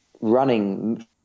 Running